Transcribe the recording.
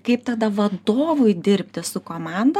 kaip tada vadovui dirbti su komanda